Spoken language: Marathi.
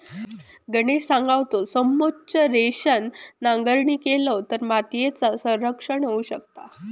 गणेश सांगा होतो, समोच्च रेषेन नांगरणी केलव तर मातीयेचा संरक्षण होऊ शकता